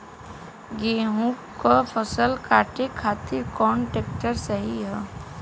गेहूँक फसल कांटे खातिर कौन ट्रैक्टर सही ह?